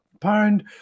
pound